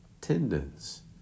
tendons